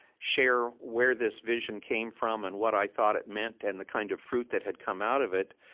share where this vision came from and what i thought it meant and the kind of fruit that had come out of it,